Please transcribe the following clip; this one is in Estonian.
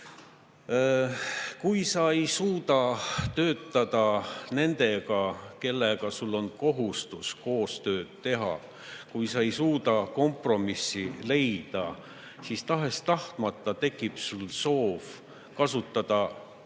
Kui sa ei suuda töötada koos nendega, kellega sul on kohustus koostööd teha, kui sa ei suuda kompromissi leida, siis tahes-tahtmata tekib sul soov kasutada oma